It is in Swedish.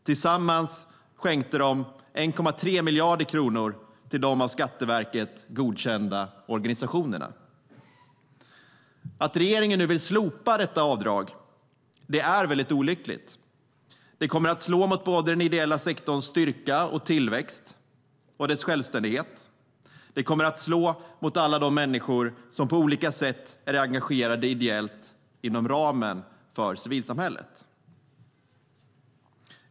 Tillsammans skänkte de 1,3 miljarder kronor till de av Skatteverket godkända organisationerna. Att regeringen nu vill slopa detta avdrag är olyckligt. Det kommer att slå mot den ideella sektorns styrka och tillväxt och mot dess självständighet. Det kommer att slå mot alla de människor i Sverige som på olika sätt är engagerade ideellt inom ramen för civilsamhället.